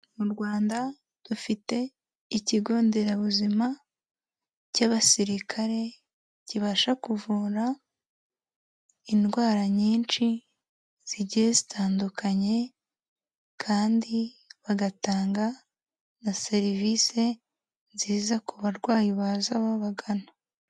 Mu Rwanda dufite ikigo nderabuzima cy'abasirikare kibasha kuvura indwara nyinshi zigiye zitandukanye, kandi bagatanga na serivise nziza ku barwayi baza babagana.